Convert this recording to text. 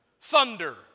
Thunder